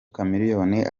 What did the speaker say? chameleone